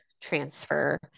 transfer